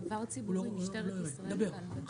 אני אציג אחר כך.